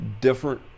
different